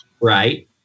right